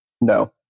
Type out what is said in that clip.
no